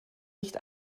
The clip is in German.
nicht